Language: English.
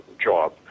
job